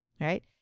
Right